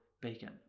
bacon